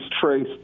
traced